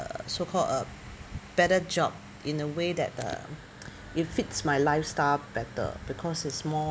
err so call a better job in a way that uh it fits my lifestyle better because it's more